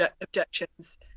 objections